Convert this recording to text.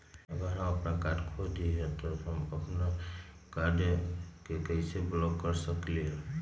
अगर हम अपन कार्ड खो देली ह त हम अपन कार्ड के कैसे ब्लॉक कर सकली ह?